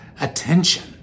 attention